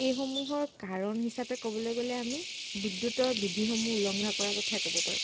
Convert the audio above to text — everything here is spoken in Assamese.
এইসমূহৰ কাৰণ হিচাপে ক'বলৈ গ'লে আমি বিদ্যুতৰ বিধিসমূহ উলংঘা কৰাৰ কথাই ক'ব পাৰোঁ